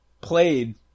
played